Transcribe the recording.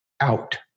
out